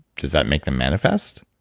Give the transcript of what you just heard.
does that make them manifest?